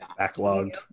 backlogged